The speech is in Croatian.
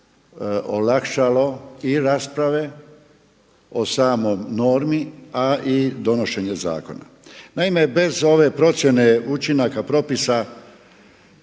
olakšalo i rasprave o samoj normi, a i donošenje zakona. Naime, bez ove procjene učinaka propisa